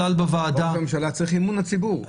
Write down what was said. ראש המשלה צריך את אמון הציבור.